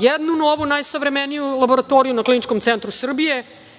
jednu novu, najsavremeniju laboratoriju na Kliničkom centru Srbije